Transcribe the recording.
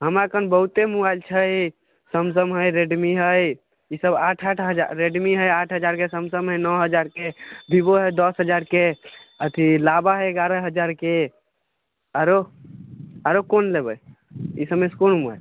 हमरा अखन बहुते मोबाइल छै सैमसॅंग हइ रेडमी हइ ई सब आठ आठ हजार रेडमी हइ आठ हजारके सैमसॅंग हइ नओ हजारके भीबो हइ दश हजारके अथी लाबा हइ एगारह हजारके आरो आरो कोन लेबै ई सबमे से कोन मोबाइल